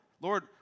Lord